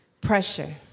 pressure